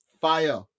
fire